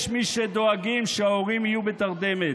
יש מי שדואגים שההורים יהיו בתרדמת.